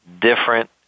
different